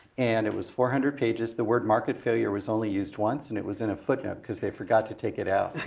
and it was four hundred pages, the word market failure was only used once and it was in a footnote, cuz they forget to take it out.